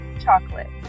chocolate